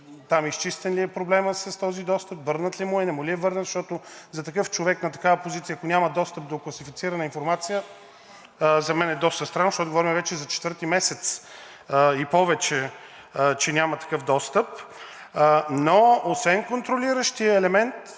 е изчистен проблемът с този достъп – върнат ли му е, не му ли е върнат, защото за такъв човек на такава позиция, ако няма достъп до класифицирана информация, за мен е доста странно, защото говорим вече за четвърти месец и повече, че няма такъв достъп. Но освен контролиращия елемент,